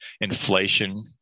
inflation